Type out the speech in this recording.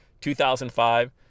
2005